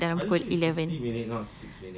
tadi kita start dalam pukul eleven